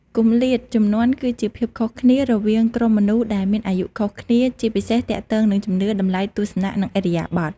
គម្លាតជំនាន់គឺជាភាពខុសគ្នារវាងក្រុមមនុស្សដែលមានអាយុខុសគ្នា ជាពិសេសទាក់ទងនឹងជំនឿ តម្លៃ ទស្សនៈ និងឥរិយាបទ។